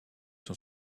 son